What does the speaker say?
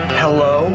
hello